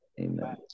Amen